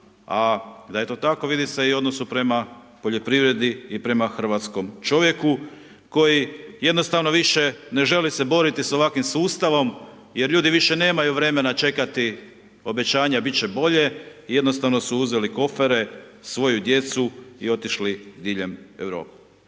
a da je to tako, vidi se i u odnosu prema poljoprivredi i prema hrvatskom čovjeku koji jednostavno više ne žele se sa ovakvim sustavom jer ljudi više nemaju vremena čekati obećanja bit će bolje, jednostavno su uzeli kofere, svoju djecu i otišli diljem Europe.